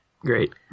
Great